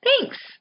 Thanks